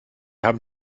haben